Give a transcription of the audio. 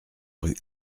rue